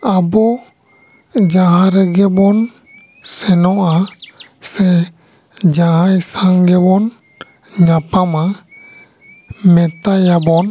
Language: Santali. ᱟᱵᱚ ᱡᱟᱦᱟᱸ ᱨᱮᱜᱮ ᱵᱚᱱ ᱥᱮᱱᱚᱜᱼᱟ ᱥᱮ ᱡᱟᱦᱟᱸᱭ ᱥᱟᱶᱜᱮ ᱵᱚᱱ ᱧᱟᱯᱟᱢᱟ ᱢᱮᱛᱟᱭᱟᱵᱚᱱ